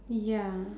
ya